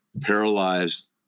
paralyzed